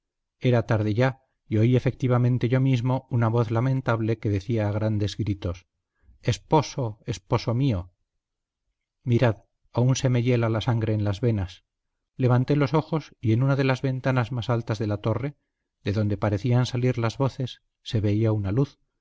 era tarde ya y oí efectivamente yo mismo una voz lamentable que decía a grandes gritos esposo esposo mío mirad aún se me hiela la sangre en las venas levanté los ojos y en una de las ventanas más altas de la torre de donde parecían salir las voces se veía una luz